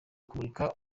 kumurika